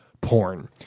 porn